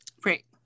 Great